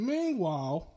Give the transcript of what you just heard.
Meanwhile